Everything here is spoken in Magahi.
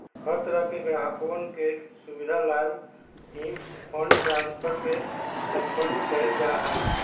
हर तरह से ग्राहकवन के सुविधा लाल ही फंड ट्रांस्फर के सम्पन्न कइल जा हई